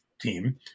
team